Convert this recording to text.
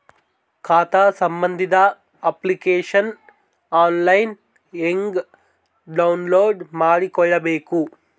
ಖಾತಾ ಸಂಬಂಧಿ application online ಹೆಂಗ್ ಡೌನ್ಲೋಡ್ ಮಾಡಿಕೊಳ್ಳಬೇಕು?